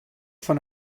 von